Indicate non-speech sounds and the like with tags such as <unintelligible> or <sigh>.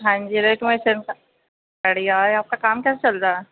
ہاں جی <unintelligible> بڑھیا ہے آپ کا کام کیسا چل رہا ہے